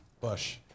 Bush